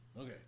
okay